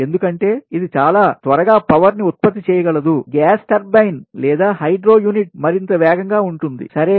ఎందుకంటే ఇది చాలా త్వరగా పవర్నిశక్తిని ఉత్పత్తి చేయగలదు గ్యాస్ టర్బైన్ లేదా హైడ్రో యూనిట్ మరింత వేగంగా ఉంటుంది సరే